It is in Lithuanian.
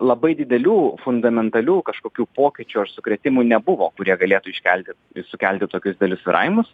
labai didelių fundamentalių kažkokių pokyčių ar sukrėtimų nebuvo kurie galėtų iškelti ir sukelti tokius didelius svyravimus